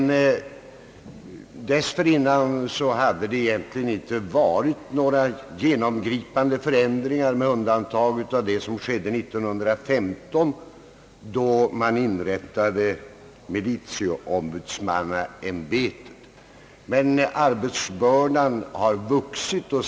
Dessförinnan hade egentligen inga genomgripande förändringar gjorts med undantag av vad som skedde år 1915, då man inrättade militieombudsmannaämbetet.